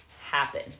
happen